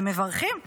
מברכים עליו.